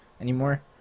anymore